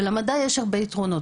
למדע יש הרבה יתרונות.